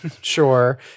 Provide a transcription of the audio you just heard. sure